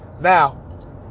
Now